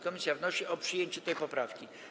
Komisja wnosi o przyjęcie tej poprawki.